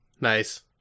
Nice